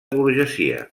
burgesia